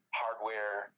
hardware